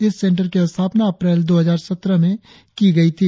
इस सेंटर की स्थापना अप्रैल दो हजार सत्रह में की गई थी